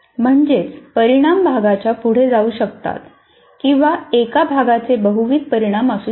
म्हणजेच परिणाम भागाच्या पुढे जाऊ शकतात किंवा एका भागाचे बहुविध परिणाम असू शकतात